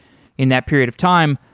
in that period of time,